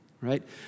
right